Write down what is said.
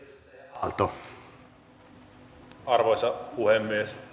arvoisa puhemies